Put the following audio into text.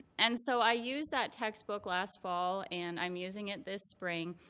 and so i use that textbook last fall. and i'm using it this spring.